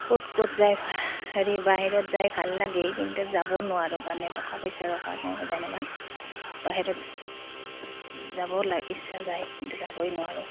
ক'ত ক'ত যায় হেৰি বাহিৰত যাই ভাল লাগে কিন্তু যাবও নোৱাৰোঁ মানে টকা পইচাৰ কাৰণে যেনিবা বাহিৰত যাব ইচ্ছা যায় কিন্তু যাবই নোৱাৰোঁ